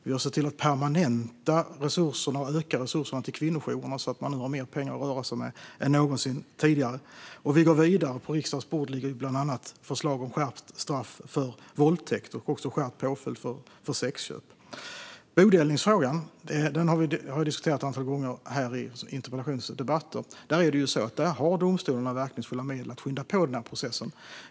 Vi har sett till att permanenta och öka resurserna till kvinnojourerna så att de har mer pengar än någonsin tidigare att röra sig med. Vi går också vidare - på riksdagens bord ligger bland annat ett förslag om skärpt straff för våldtäkt och skärpt påföljd för sexköp. Bodelningsfrågan har diskuterats ett antal gånger i interpellationsdebatter. Det är så att domstolarna har verkningsfulla medel för att skynda på processen.